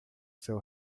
seu